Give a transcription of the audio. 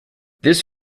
this